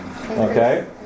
Okay